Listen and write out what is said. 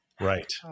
Right